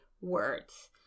words